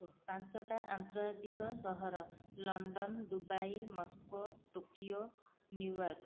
ପାଞ୍ଚଟା ଆନ୍ତର୍ଜାତୀକ ସହର London Dubai Moscow Tokyo New York